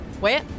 Wait